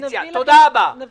--- בנוגע לאותה עמותה.